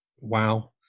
Wow